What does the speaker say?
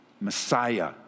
Messiah